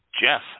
Jeff